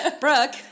Brooke